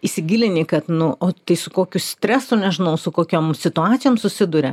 įsigilini kad nu o tai su kokiu streso nežinau su kokiom situacijom susiduria